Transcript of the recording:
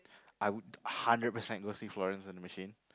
I would hundred percent go see Florence and the Machine